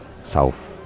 South